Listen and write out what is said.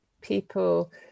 people